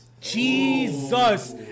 Jesus